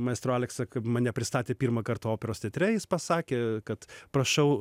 maestro aleksa kaip mane pristatė pirmą kartą operos teatre jis pasakė kad prašau